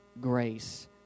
grace